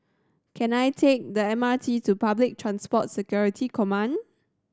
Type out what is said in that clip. can I take the M R T to Public Transport Security Command